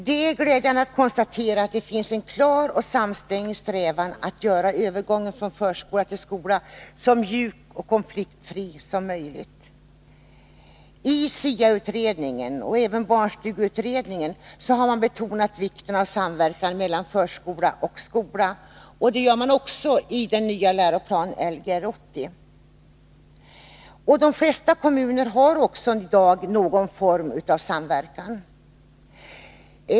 Det är glädjande att konstatera att det finns en klar och samstämmig strävan att göra övergången från förskola till skola så mjuk och konfliktfri som möjligt. SIA-utredningen och barnstugeutredningen har betonat vikten av samverkan mellan förskola och skola. Detta görs också i den nya läroplanen Lgr 80. De flesta kommuner har också i dag någon form av samverkan.